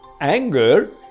Anger